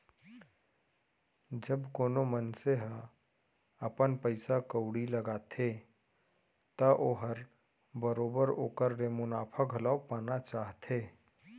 जब कोनो मनसे ह अपन पइसा कउड़ी लगाथे त ओहर बरोबर ओकर ले मुनाफा घलौ पाना चाहथे